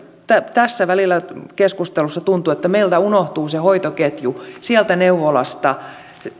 tässä keskustelussa välillä tuntuu että meiltä unohtuu se hoitoketju sieltä neuvolasta